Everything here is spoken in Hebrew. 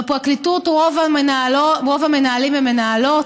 בפרקליטות, רוב המנהלים הם מנהלות.